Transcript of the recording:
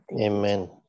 Amen